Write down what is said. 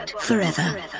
forever